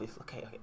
okay